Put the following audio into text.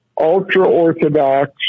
ultra-Orthodox